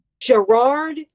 Gerard